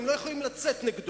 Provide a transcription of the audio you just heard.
אתם לא יכולים לצאת נגדו.